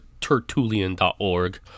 Tertullian.org